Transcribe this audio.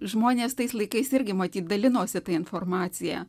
žmonės tais laikais irgi matyt dalinosi ta informacija